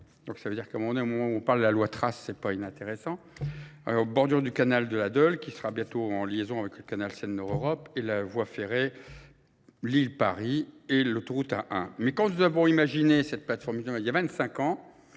c'est-à-dire qu'au moment où on parle de la loi Tras, ce n'est pas inintéressant, bordure du canal de la Deul, qui sera bientôt en liaison avec le canal Seine-Nord-Europe, et la voie ferrée L'île Paris et l'autoroute A1. Mais quand nous avons imaginé cette plateforme il y a 25 ans,